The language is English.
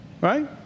Right